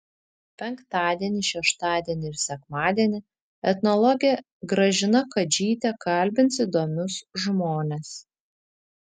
penktadienį šeštadienį ir sekmadienį etnologė gražina kadžytė kalbins įdomius žmones